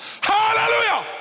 Hallelujah